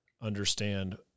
understand